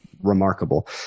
remarkable